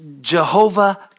Jehovah